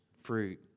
fruit